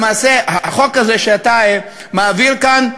למעשה, החוק הזה שאתה מעביר כאן,